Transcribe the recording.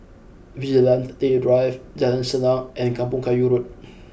Vigilante Drive Jalan Senang and Kampong Kayu Road